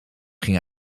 ging